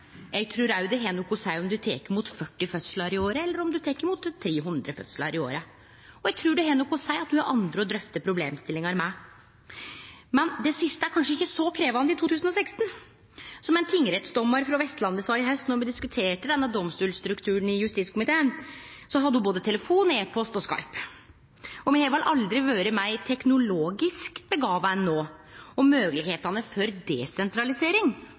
Eg trur også at det har noko å seie om ein tek imot 40 fødslar i året, eller om ein tek imot 300 fødslar i året. Eg trur det har noko å seie at ein har andre å drøfte problemstillingar med. Men det siste er kanskje ikkje så krevjande i 2016. Som ein tingrettsdommar frå Vestlandet sa i haust då me diskuterte domstolsstrukturen i justiskomiteen: Ho hadde både telefon, e-post og Skype. Me har vel aldri vore meir teknologisk dyktige enn no, og moglegheitene for desentralisering